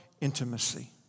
intimacy